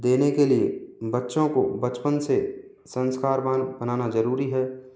देने के लिए बच्चों को बचपन से संस्कारवान बनाना ज़रूरी है